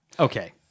Okay